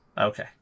Okay